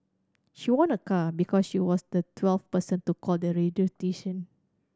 she won a car because she was the twelfth person to call the radio station